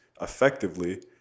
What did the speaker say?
effectively